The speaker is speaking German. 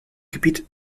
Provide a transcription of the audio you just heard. gebiet